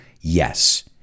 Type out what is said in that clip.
Yes